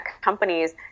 companies